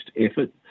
effort